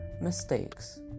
mistakes